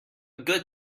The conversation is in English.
good